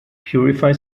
purify